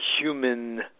human